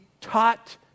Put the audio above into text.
taught